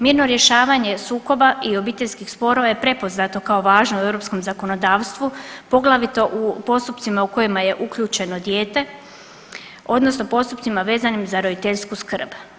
Mirno rješavanje sukoba i obiteljskih sporova je prepoznato kao važno u europskom zakonodavstvu poglavito u postupcima u kojima je uključeno dijete odnosno postupcima vezanim za roditeljsku skrb.